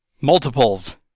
Multiples